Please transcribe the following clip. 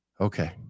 Okay